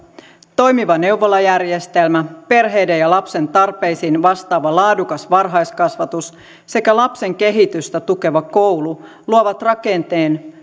toimiva neuvolajärjestelmä perheiden ja lapsen tarpeisiin vastaava laadukas varhaiskasvatus sekä lapsen kehitystä tukeva koulu luovat rakenteen